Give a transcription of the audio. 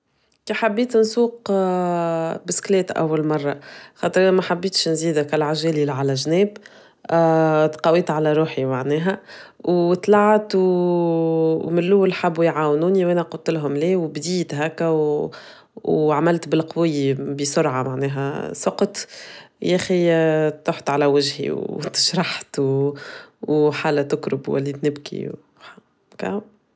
كحبيت نسوق بسكيلات أول مرة خاطر أنا ما حبيتش نزيدك العجالي إللي على الجناب تقويت على روحي معناها وطلعت ومن الأول حابوا يعاونوني وأنا قلتلهم ليه وبديت هكا وعملت بالقوية بسرعة معناها سقط يا أخي طحت على وجهي وتشرحت وحالة تقرب وليت نبكي كاهاو.